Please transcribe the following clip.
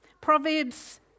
Proverbs